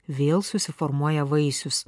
vėl susiformuoja vaisius